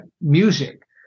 music